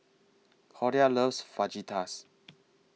Cordia loves Fajitas